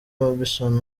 robinson